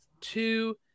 two